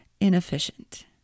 inefficient